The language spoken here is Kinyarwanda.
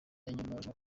yanyomoje